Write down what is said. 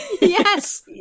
Yes